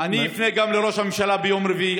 אני גם אפנה לראש הממשלה ביום רביעי,